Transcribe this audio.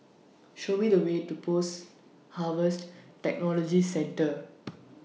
Show Me The Way to Post Harvest Technology Centre